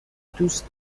دوست